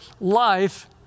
life